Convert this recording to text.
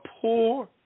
poor